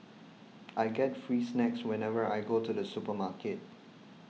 I get free snacks whenever I go to the supermarket